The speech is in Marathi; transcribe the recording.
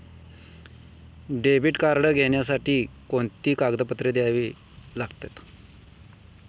डेबिट कार्ड घेण्यासाठी कोणती कागदपत्रे द्यावी लागतात?